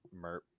merp